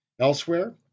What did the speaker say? Elsewhere